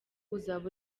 uzaba